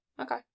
okay